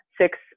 six